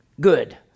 Good